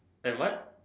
and what